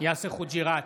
יאסר חוג'יראת,